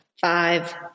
five